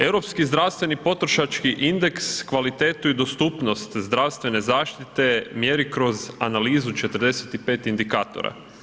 Europski zdravstveni potrošački indeks kvalitetu i dostupnost zdravstvene zaštite mjeri kroz analizu 45 indikatora.